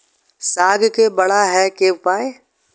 साग के बड़ा है के उपाय?